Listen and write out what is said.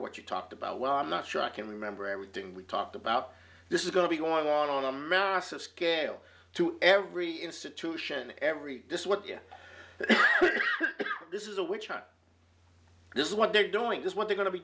what you talked about well i'm not sure i can remember everything we talked about this is going to be going on on a massive scale to every institution every this what this is a witch hunt this is what they're doing is what they going to be